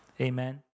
Amen